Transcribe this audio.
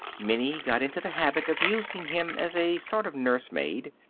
minnie got into the habit of using him as a sort of nursemaid.